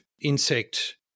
insect